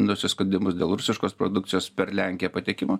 nusiskundimus dėl rusiškos produkcijos per lenkiją patekimo